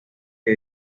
que